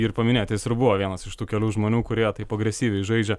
ir paminėjote jis ir buvo vienas iš tų kelių žmonių kurie taip agresyviai žaidžia